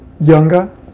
younger